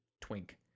twink